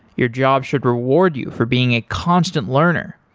your job should reward you for being a constant learner,